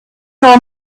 door